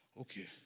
okay